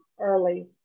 early